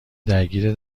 درگیر